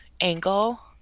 angle